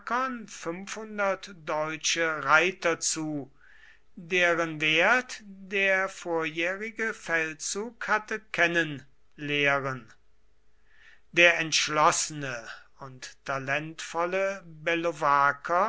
deutsche reiter zu deren wert der vorjährige feldzug hatte kennen lehren der entschlossene und talentvolle bellovaker